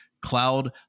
Cloud